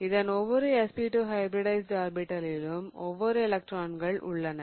இதன் ஒவ்வொரு sp2 hybridized ஆர்பிடலிலும் ஒவ்வொரு எலெக்ட்ரான்கள் உள்ளன